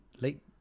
late